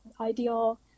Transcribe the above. ideal